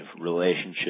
relationship